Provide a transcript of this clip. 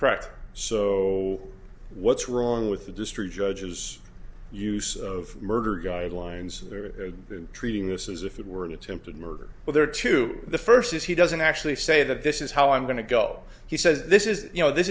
correct so what's wrong with the district judges use of murder guidelines they're treating this as if it were an attempted murder but there are two the first is he doesn't actually say that this is how i'm going to go he says this is you know th